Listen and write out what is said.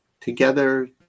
together